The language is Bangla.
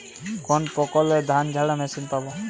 কোনপ্রকল্পে ধানঝাড়া মেশিন পাব?